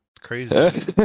Crazy